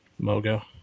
Mogo